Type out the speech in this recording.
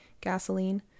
gasoline